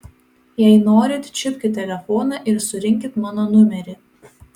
jei norit čiupkit telefoną ir surinkit mano numerį